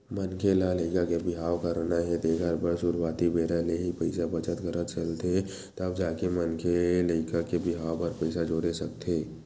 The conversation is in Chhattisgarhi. मनखे ल लइका के बिहाव करना हे तेखर बर सुरुवाती बेरा ले ही पइसा बचत करत चलथे तब जाके मनखे लइका के बिहाव बर पइसा जोरे सकथे